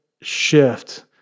shift